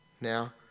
Now